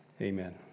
Amen